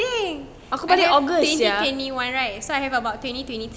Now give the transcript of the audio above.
and then twenty twenty one right so I have about twenty twenty three [what]